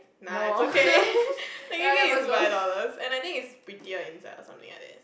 nah it's okay technically it's five dollars and I think it's prettier inside or something like that